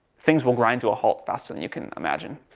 things will grind to a halt faster than you can imagine.